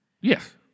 Yes